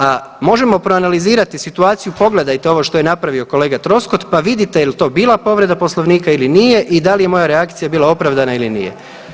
A možemo proanalizirati situaciju pogledajte ovo što je napravio kolega Troskot pa vidite jel to bila povreda Poslovnika ili nije i da li je moja reakcija bila opravdana ili nije.